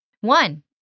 One